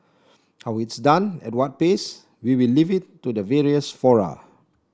how it's done at what pace we will leave it to the various fora